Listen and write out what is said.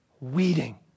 weeding